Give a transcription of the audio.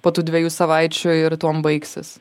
po tų dviejų savaičių ir tuom baigsis